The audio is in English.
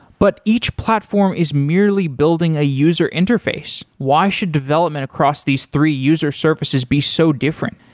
but each platform is merely building a user interface why should development across these three user surfaces be so different?